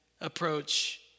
approach